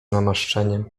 namaszczeniem